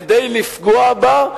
כדי לפגוע בה,